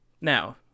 Now